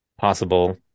possible